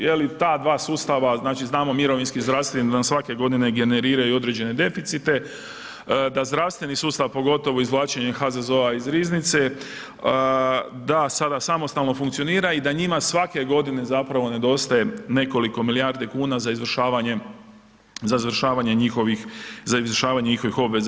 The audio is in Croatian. Jel i ta dva sustava, znači znamo mirovinski i zdravstveni da nam svake godine generiraju određene deficite, da zdravstveni sustav pogotovo izvlačenje HZZO-a iz riznice da sada samostalno funkcionira i da njima svake godine zapravo nedostaje nekoliko milijardi kuna za izvršavanje njihovih obveza.